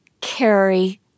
carry